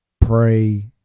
pray